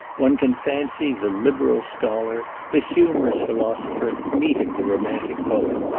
one can fancy the liberal scholar, the humorous philosopher, meeting the romantic poet,